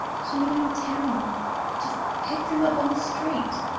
she met him in town just picked him up on the street!